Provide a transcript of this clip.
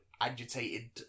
agitated